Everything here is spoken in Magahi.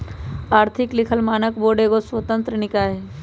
आर्थिक लिखल मानक बोर्ड एगो स्वतंत्र निकाय हइ